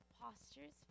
postures